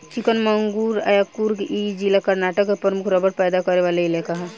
चिकमंगलूर आ कुर्ग इ जिला कर्नाटक के प्रमुख रबड़ पैदा करे वाला इलाका ह